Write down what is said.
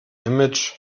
image